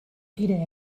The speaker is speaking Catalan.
era